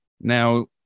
Now